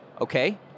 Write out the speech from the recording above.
okay